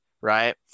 right